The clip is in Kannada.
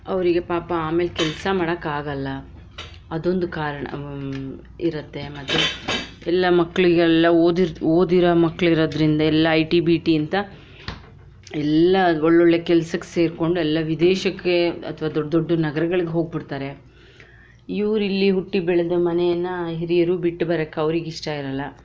ಅವರಿಗೆ ಪಾಪ ಆಮೇಲೆ ಕೆಲಸ ಮಾಡೋಕ್ಕೆ ಆಗಲ್ಲ ಅದೊಂದು ಕಾರಣ ಇರತ್ತೆ ಎಲ್ಲ ಮಕ್ಕಳಿಗೆಲ್ಲ ಓದಿ ಓದಿರೋ ಮಕ್ಕಳಿರೋದರಿಂದ ಎಲ್ಲ ಐ ಟಿ ಬಿ ಟಿಯಂತ ಎಲ್ಲ ಒಳ್ಳೊಳ್ಳೆ ಕೆಲಸಕ್ಕೆ ಸೇರಿಕೊಂಡು ಎಲ್ಲ ವಿದೇಶಕ್ಕೆ ಅಥವಾ ದೊಡ್ಡ ದೊಡ್ಡ ನಗರಗಳಿಗೆ ಹೋಗಿ ಬಿಡ್ತಾರೆ ಇವರು ಇಲ್ಲಿ ಹುಟ್ಟಿ ಬೆಳೆದ ಮನೆಯನ್ನು ಹಿರಿಯರು ಬಿಟ್ಟು ಬರೋಕ್ಕೆ ಅವರಿಗಿಷ್ಟ ಇರಲ್ಲ